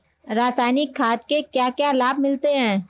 रसायनिक खाद के क्या क्या लाभ मिलते हैं?